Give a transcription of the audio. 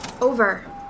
Over